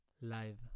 live